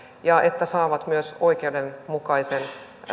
ja että saavat myös oikeudenmukaisen